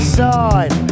side